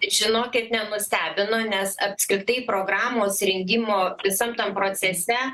žinokit nenustebino nes apskritai programos rengimo visam tam procese